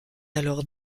alors